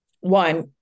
One